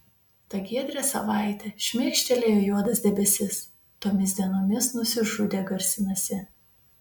tą giedrią savaitę šmėkštelėjo juodas debesis tomis dienomis nusižudė garsinasi